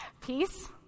Peace